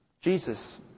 Jesus